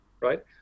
right